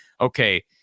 okay